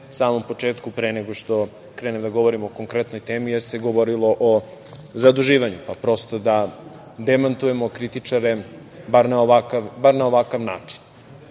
samom početku pre nego što krenem da govorim o konkretnoj temi jer se govorilo o zaduživanju, pa prosto da demantujemo kritičare bar na ovakav način. Dakle,